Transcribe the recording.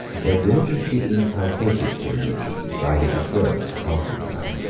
were diligently inculcated to the legions by the adherents of constantine.